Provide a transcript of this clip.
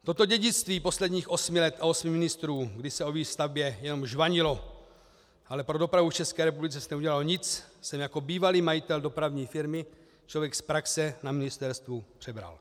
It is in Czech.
Toto dědictví posledních osmi let a osmi ministrů, kdy se o výstavbě jenom žvanilo, ale pro dopravu v České republice se neudělalo nic, jsem jako bývalý majitel dopravní firmy, člověk z praxe, na ministerstvu přebral.